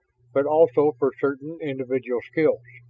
but also for certain individual skills.